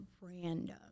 random